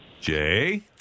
Jay